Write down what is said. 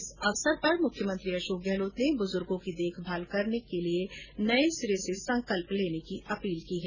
इस अवसर पर मुख्यमंत्री अशोक गहलोत ने बुजुर्गो की देखभाल करने का नये सिरे से संकल्प लेने का आहवान किया है